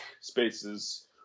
spaces